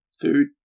food